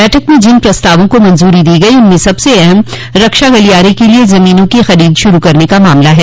बैठक में जिन प्रस्तावों को मंजूरी दी गई उनमें सबसे अहम रक्षा गलियारे के लिये जमीनों की खरीद शुरू करने का मामला है